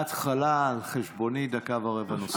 מהתחלה, על חשבוני, דקה ורבע נוספות.